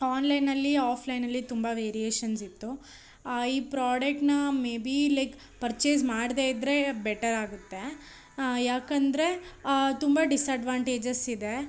ಆನ್ಲೈನಲ್ಲಿ ಆಫ್ಲೈನಲ್ಲಿ ತುಂಬ ವೇರಿಯೇಷನ್ಸಿತ್ತು ಈ ಪ್ರಾಡಕ್ಟನ್ನ ಮೆಬಿ ಲೈಕ್ ಪರ್ಚೆಸ್ ಮಾಡದೇ ಇದ್ದರೆ ಬೆಟರ್ ಆಗುತ್ತೆ ಯಾಕಂದರೆ ತುಂಬ ಡಿಸಡ್ವಾಂಟೇಜಸ್ ಇದೆ